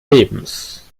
lebens